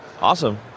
Awesome